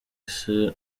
ise